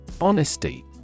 Honesty